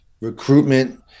recruitment